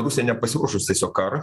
rusija nepasiruošus tiesiog karo